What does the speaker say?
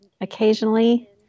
occasionally